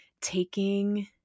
taking